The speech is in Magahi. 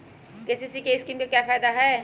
के.सी.सी स्कीम का फायदा क्या है?